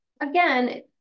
again